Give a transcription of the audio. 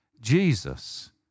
Jesus